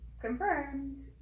confirmed